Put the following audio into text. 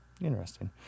interesting